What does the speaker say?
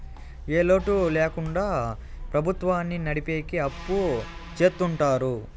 ఏ లోటు ల్యాకుండా ప్రభుత్వాన్ని నడిపెకి అప్పు చెత్తుంటారు